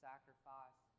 Sacrifice